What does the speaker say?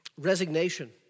Resignation